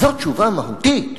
זו תשובה מהותית,